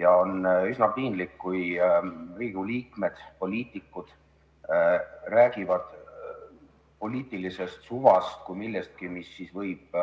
Ja on üsna piinlik, kui Riigikogu liikmed, poliitikud, räägivad poliitilisest suvast kui millestki, mis võib